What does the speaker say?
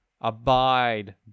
abide